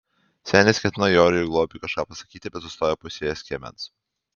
senis ketino joriui globiui kažką pasakyti bet sustojo pusėje skiemens